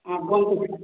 ହଁ କୁହନ୍ତୁ